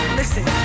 listen